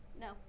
No